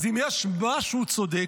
אז אם יש משהו צודק,